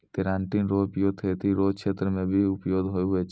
keratin रो प्रयोग खेती रो क्षेत्र मे भी उपयोग हुवै छै